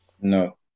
No